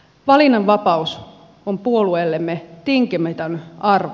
valinnanvapaus on puolueellemme tinkimätön arvo